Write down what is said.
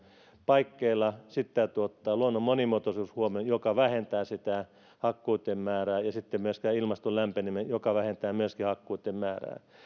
paikkeilla sitten täytyy ottaa luonnon monimuotoisuus huomioon mikä vähentää hakkuitten määrää ja sitten myöskin ilmaston lämpeneminen joka vähentää myöskin hakkuitten määrää